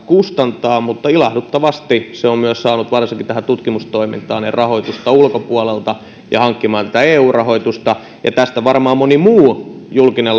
kustantaa niin ilahduttavasti se on myös saanut varsinkin tutkimustoimintaan rahoitusta ulkopuolelta ja hankkinut eu rahoitusta ja tästä varmaan moni muu julkinen